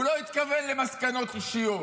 הוא לא התכוון למסקנות אישיות,